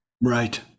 Right